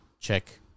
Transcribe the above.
check